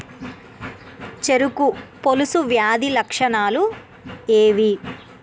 చెరుకు పొలుసు వ్యాధి లక్షణాలు ఏవి?